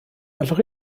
allwch